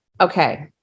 Okay